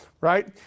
right